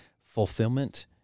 fulfillment